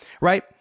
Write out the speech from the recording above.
right